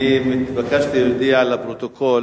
התבקשתי להודיע לפרוטוקול